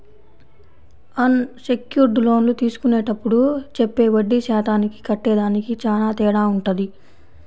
అన్ secured లోన్లు తీసుకునేప్పుడు చెప్పే వడ్డీ శాతానికి కట్టేదానికి చానా తేడా వుంటది